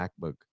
macbook